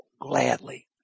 gladly